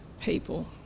people